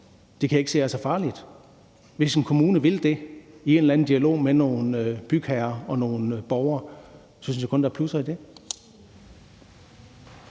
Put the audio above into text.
kan jeg ikke se er så farligt. Hvis en kommune vil det i en eller anden dialog med nogle bygherrer og nogle borgere, synes jeg kun, der er plusser i det.